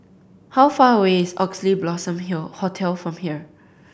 how far away is Oxley Blossom Hotel from here